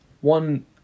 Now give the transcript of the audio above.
one